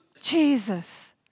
Jesus